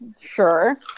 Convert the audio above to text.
Sure